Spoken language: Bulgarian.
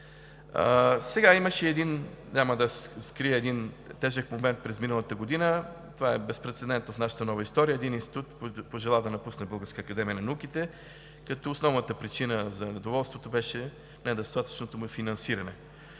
15 млн. лв. Няма да скрия – имаше един тежък момент през миналата година, това е безпрецедентно в нашата нова история, един институт пожела да напусне Българската академия на науките, като основната причина за недоволството беше недостатъчното му финансиране.